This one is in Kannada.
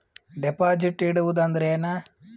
ಡೆಪಾಜಿಟ್ ಇಡುವುದು ಅಂದ್ರ ಏನ?